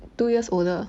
two years older